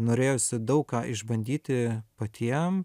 norėjosi daug ką išbandyti patiem